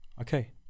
okay